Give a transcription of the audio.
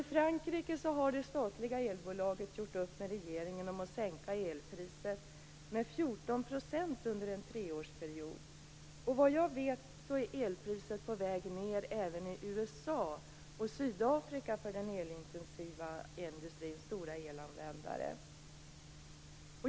I Frankrike har det statliga elbolaget gjort upp med regeringen om att sänka elpriset med 14 % under en treårsperiod. Vad jag vet är elpriset för den elintensiva industrins stora elanvändare på väg ned även i USA och i Sydafrika.